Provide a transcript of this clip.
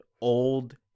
old